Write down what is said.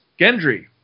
Gendry